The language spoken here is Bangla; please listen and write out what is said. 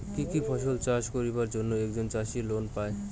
কি কি ফসল চাষ করিবার জন্যে একজন চাষী লোন পায়?